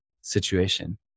situation